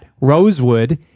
Rosewood